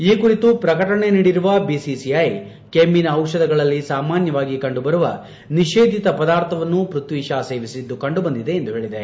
ಈ ಕುರಿತು ಪ್ರಕಟಣೆ ನೀಡಿರುವ ಬಿಸಿಸಿಐ ಕೆಮ್ಮಿನ ಔಷಧಗಳಲ್ಲಿ ಸಾಮಾನ್ಯವಾಗಿ ಕಂಡುಬರುವ ನಿಷೇಧಿತ ಪದಾರ್ಥವನ್ನು ಪೃಥ್ವಿ ಶಾ ಸೇವಿಸಿದ್ದು ಕಂಡುಬಂದಿದೆ ಎಂದು ಹೇಳಿದೆ